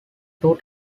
two